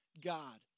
God